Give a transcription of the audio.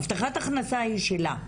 הבטחת הכנסה היא שלה.